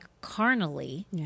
carnally